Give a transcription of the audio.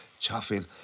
chuffing